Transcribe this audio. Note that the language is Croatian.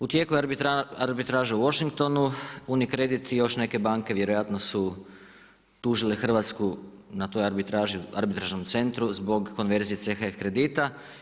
U tijeku je arbitraža u Washingtonu, Unicredit i još neke banke vjerojatno su tužile Hrvatsku na toj arbitraži, tom arbitražnom centru zbog konverzije CHF kredit.